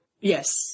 Yes